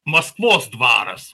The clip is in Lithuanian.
maskvos dvaras